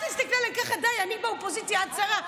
אל תסתכלי אליי ככה, די, אני באופוזיציה, את שרה.